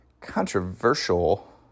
Controversial